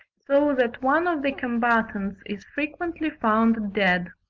so that one of the combatants is frequently found dead.